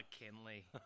McKinley